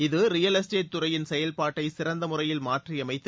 இது real estate துறையின் செயல்பாட்டை சிறந்த முறையில் மாற்றி அமைத்து